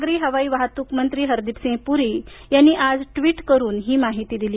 नागरी हवाई वाहतूक मंत्री हरदीप सिंह पुरी यांनी आज ट्वीट करून ही माहिती दिली